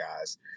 guys